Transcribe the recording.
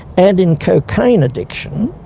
and in cocaine addiction,